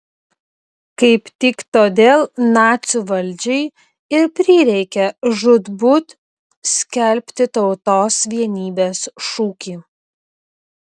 kaip tik todėl nacių valdžiai ir prireikė žūtbūt skelbti tautos vienybės šūkį